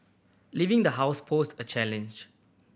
leaving the house posed a challenge